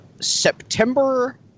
September